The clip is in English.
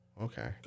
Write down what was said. Okay